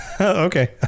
Okay